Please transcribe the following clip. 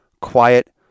quiet